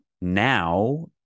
now